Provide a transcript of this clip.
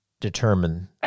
determine